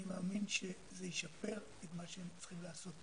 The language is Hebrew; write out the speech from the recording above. אני מאמין שזה ישפר את מה שהם צריכים לעשות.